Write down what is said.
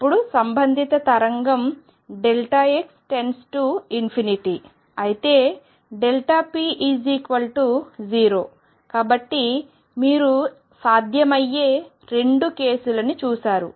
అప్పుడు సంబంధిత తరంగం x→∞ అయితే p0 కాబట్టి మీరు సాధ్యమయ్యే రెండు కేసులని చూశారు